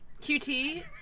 QT